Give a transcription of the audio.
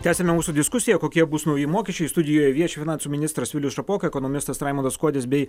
tęsiame mūsų diskusiją kokie bus nauji mokesčiai studijoje vieši finansų ministras vilius šapoka ekonomistas raimundas kuodis bei